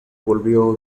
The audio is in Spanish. volvió